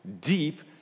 deep